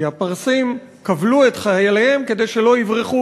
כי הפרסים כבלו את חייליהם כדי שלא יברחו,